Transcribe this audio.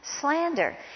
Slander